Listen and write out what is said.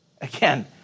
again